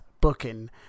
booking